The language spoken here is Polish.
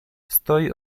stoi